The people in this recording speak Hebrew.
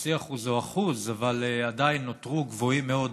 בחצי אחוז או באחוז אבל עדיין נותרו גבוהים מאוד,